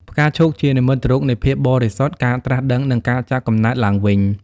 ផ្កាឈូកជានិមិត្តរូបនៃភាពបរិសុទ្ធ ការត្រាស់ដឹង និងការចាប់កំណើតឡើងវិញ។